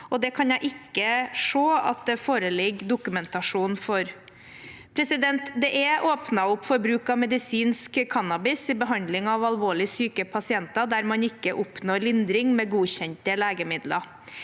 Det kan jeg ikke se at det foreligger dokumentasjon for. Det er åpnet opp for bruk av medisinsk cannabis i behandling av alvorlig syke pasienter der man ikke oppnår lindring med godkjente legemidler.